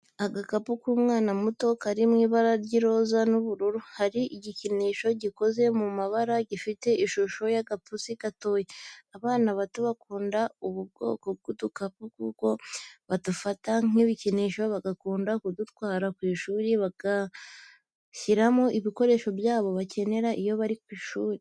Agakapu k'umwana muto kari mu ibara ry'iroza n'ubururu, hari igikinisho gikoze mu ipamba gifite ishusho y'agapusi gatoya, abana bato bakunda ubu bwoko bw'udukapu kuko badufata nk'ibikinisho bagakunda kudutwara ku ishuri bagashyiramo ibikoresho byabo bakenera iyo bari ku ishuri.